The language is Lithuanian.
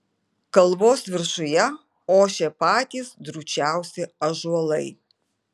kalvos viršuje ošė patys drūčiausi ąžuolai